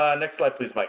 next slide, please, mike.